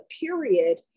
period